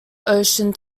ocean